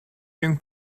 gen